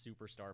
superstar